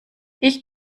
ich